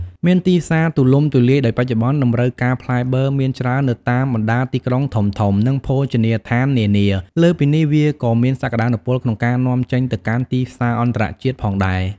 មានទីផ្សារទូលំទូលាយ ដោយបច្ចុប្បន្នតម្រូវការផ្លែបឺរមានច្រើននៅតាមបណ្ដាទីក្រុងធំៗ និងភោជនីយដ្ឋាននានា លើសពីនេះ វាក៏មានសក្ដានុពលក្នុងការនាំចេញទៅកាន់ទីផ្សារអន្តរជាតិផងដែរ។